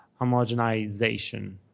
homogenization